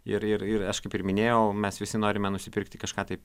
ir ir ir aš kaip ir minėjau mes visi norime nusipirkti kažką tai